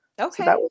Okay